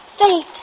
Fate